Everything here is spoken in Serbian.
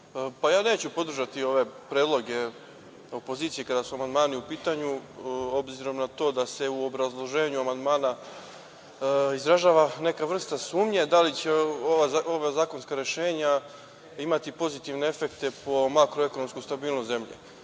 Ja neću podržati ove predloge opozicije kada su amandmani u pitanju, obzirom na to da se u obrazloženju amandmana izražava neka vrsta sumnje da li će ova zakonska rešenja imati pozitivne efekte po makroekonomsku stabilnost naše